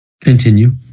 Continue